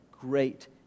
great